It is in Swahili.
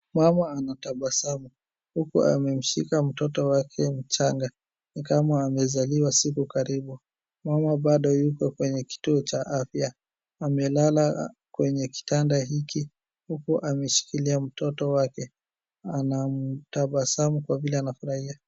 Mama anatabasamu huku amemshika mtoto wake mchanga. Ni kama amezaliwa siku karibu. Mama bado yuko kwenye kituo cha afya, Amelala kwenye kitanda hiki huku ameshikilia mtoto wake. Anamtabasamu kwa vile amefurahia.